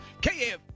KF